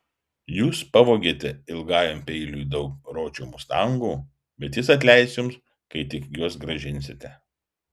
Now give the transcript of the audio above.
jūs pavogėte ilgajam peiliui daug ročio mustangų bet jis atleis jums kai tik juos grąžinsite